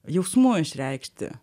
jausmų išreikšti